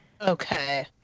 okay